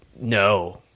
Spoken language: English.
no